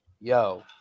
yo